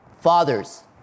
Fathers